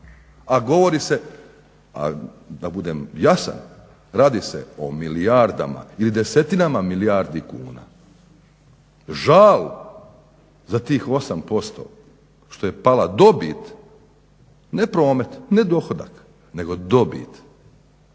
A govori se o, a da budem jasan radi se o milijardama ili desetinama milijardi kuna. Žal, za tih 8% što je pala dobit, ne promet, ne dohodak nego dobit.